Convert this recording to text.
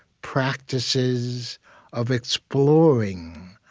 practices of exploring.